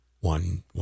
one